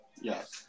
Yes